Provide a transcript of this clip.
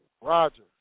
Roger